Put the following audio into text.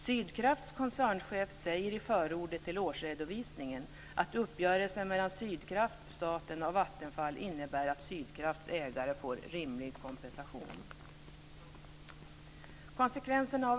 Sydkrafts koncernchef säger i förordet till årsredovisningen att uppgörelsen mellan Sydkraft, staten och Vattenfall innebär att Sydkrafts ägare får rimlig kompensation.